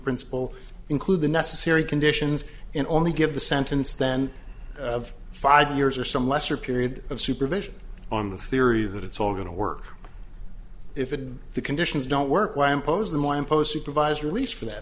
principle include the necessary conditions and only give the sentence then of five years or some lesser period of supervision on the theory that it's all going to work if it did the conditions don't work why impose them why impose supervised release for that